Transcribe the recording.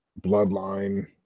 bloodline